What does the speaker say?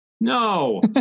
no